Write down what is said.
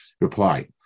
reply